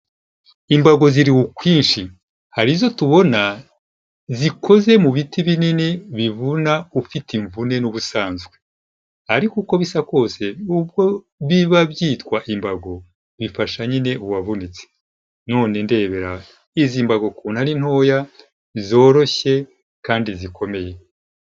Imbago ziri ukwinshi, hari izo tubona zikoze mu biti binini bivuna ufite imvune n'ubusanzwe ariko uko bisa kose nubwo biba byitwa imbago, bifasha nyine uwavunitse none ndebera izi mbago ukuntu ari ntoya zoroshye kandi zikomeye.